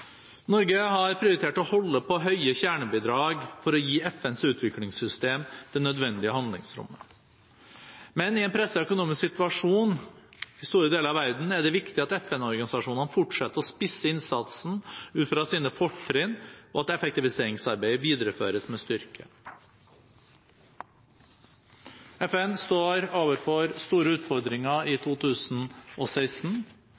Norge har prioritert å holde på høye kjernebidrag for å gi FNs utviklingssystem det nødvendige handlingsrommet. Men i en presset økonomisk situasjon i store deler av verden er det viktig at FN-organisasjonene fortsetter å spisse innsatsen ut fra sine fortrinn, og at effektiviseringsarbeidet videreføres med styrke. FN står overfor store utfordringer i